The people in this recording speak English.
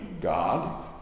God